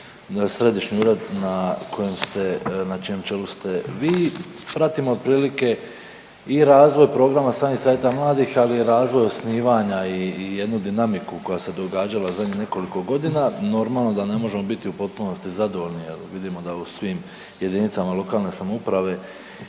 ured na kojem ste, na čijem čelu ste vi pratim otprilike i razvoj programa samih savjeta mladih, ali i razlog osnivanja i jednu dinamiku koja se događala zadnjih nekoliko godina. Normalno da ne možemo biti u potpunosti zadovoljni jer vidimo da u svim jedinicama lokalne samouprave